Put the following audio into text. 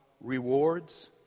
rewards